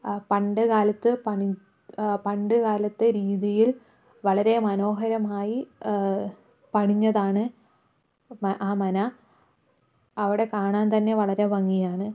പണ്ട് കാലത്ത് പണി പണ്ട് കാലത്തെ രീതിയിൽ വളരെ മനോഹരമായി പണിഞ്ഞതാണ് ആ മന അവിടെ കാണാൻ തന്നെ വളരെ ഭംഗിയാണ്